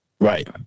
Right